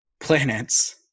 planets